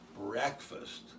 breakfast